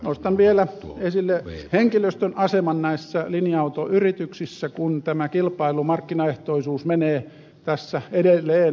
nostan vielä esille henkilöstön aseman näissä linja autoyrityksissä kun tämä kilpailu markkinaehtoisuus menee tässä edelleen eteenpäin